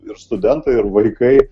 ir studentai ir vaikai